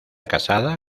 casada